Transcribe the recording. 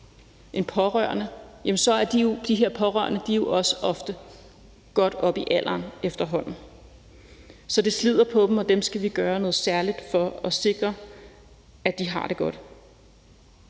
en pårørende, så er de her pårørende jo også ofte godt oppe i alderen efterhånden. Så det slider på dem, og dem skal vi gøre noget særligt for at sikre har det godt.